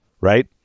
right